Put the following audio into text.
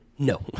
No